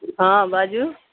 हँ बाजू